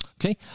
Okay